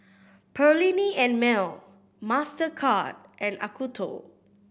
Perllini and Mel Mastercard and Acuto